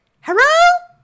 Hello